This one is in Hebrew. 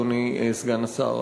אדוני סגן השר.